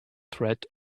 threat